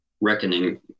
reckoning